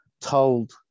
told